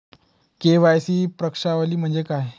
KYC प्रश्नावली म्हणजे काय?